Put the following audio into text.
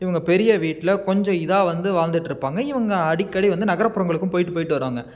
இவங்க பெரிய வீட்டில் கொஞ்சம் இதாக வந்து வாழ்ந்துகிட்டு இருப்பாங்க இவங்க அடிக்கடி வந்து நகரப்புறங்களுக்கு போய்ட்டு போய்ட்டு வருவாங்க